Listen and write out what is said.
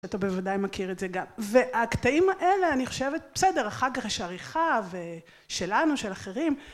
אתה בוודאי מכיר את זה גם. והקטעים האלה, אני חושבת, בסדר, אחר כך יש עריכה שלנו, של אחרים,